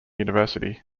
university